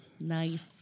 Nice